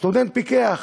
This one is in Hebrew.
סטודנט פיקח.